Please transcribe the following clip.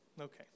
Okay